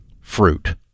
fruit